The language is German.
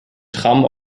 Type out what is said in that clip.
tram